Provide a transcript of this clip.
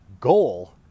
goal